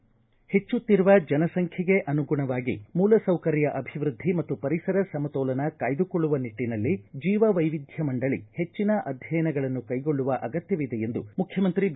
ಪ್ರದೇಶ ಸಮಾಚಾರ ಕೇಳುತ್ತಿದ್ದೀರಿ ಹೆಚ್ಚುತ್ತಿರುವ ಜನಸಂಖ್ಯೆಗೆ ಅನುಗುಣವಾಗಿ ಮೂಲ ಸೌಕರ್ಯ ಅಭಿವೃದ್ಧಿ ಮತ್ತು ಪರಿಸರ ಸಮತೋಲನ ಕಾಯ್ದುಕೊಳ್ಳುವ ನಿಟ್ಟನಲ್ಲಿ ಜೀವವೈವಿಧ್ಯ ಮಂಡಳಿ ಹೆಚ್ಚನ ಅಧ್ಯಯನಗಳನ್ನು ಕೈಗೊಳ್ಳುವ ಅಗತ್ಯವಿದೆ ಎಂದು ಮುಖ್ಯಮಂತ್ರಿ ಬಿ